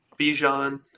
Bijan